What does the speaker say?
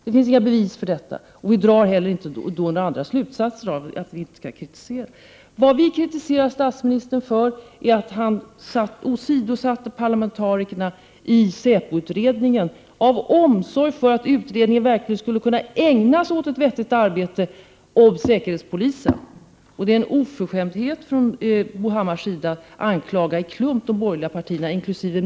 Det finns inga bevis för detta, och vi har inte heller dragit några andra slutsatser än att vi inte skulle framföra kritik. Vad vi kritiserar statsministern för är att han åsidosatt parlamentarikerna i säpoutredningen, av omsorg för att utredningen verkligen skulle kunna ägna sig åt ett vettigt arbete rörande säkerhetspolisen. Det är en oförskämdhet från Bo Hammars sida att anklaga i klump de borgerliga partierna, inkl.